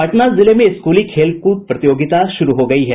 पटना जिले में स्कूली खेलकूद प्रतियोगिता शुरू हो गयी है